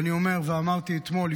ואמרתי אתמול,